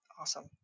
Awesome